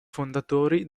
fondatori